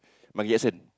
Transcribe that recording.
Michael-Jackson